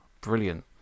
brilliant